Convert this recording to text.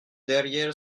derrière